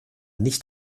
nicht